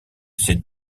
ces